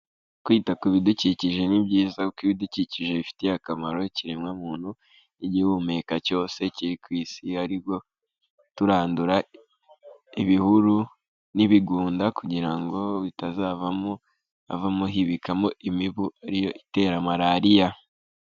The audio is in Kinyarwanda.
Kwita ku bidukikije ni byiza kuko ibidukikije bifitiye akamaro ikiremwamuntu n'igihumeka cyose kiri ku isi ariko turandura ibihuru n'ibigunda kugira ngo bitazavamo havamo hibikamo imibu ari yo itera malariya.